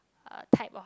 type of